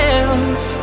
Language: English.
else